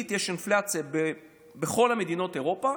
עובדתית יש אינפלציה בכל מדינות אירופה,